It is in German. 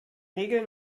regel